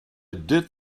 did